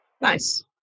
Nice